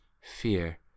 fear